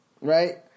right